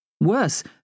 Worse